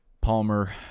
Palmer